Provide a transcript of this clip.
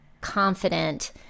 confident